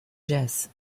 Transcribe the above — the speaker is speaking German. jazz